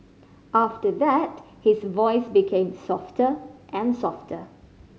after that his voice became softer and softer